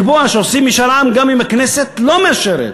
שעושים משאל עם גם אם הכנסת לא מאשרת.